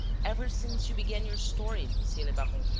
ever since you began your story, monsieur le baron,